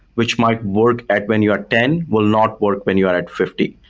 which might work at when you are ten will not work when you are at fifty.